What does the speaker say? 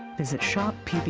visit shoppbs,